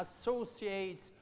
associates